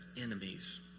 enemies